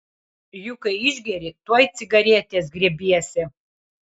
juk kai išgeri tuoj cigaretės griebiesi